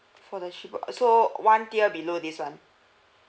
for the so one tier below this [one]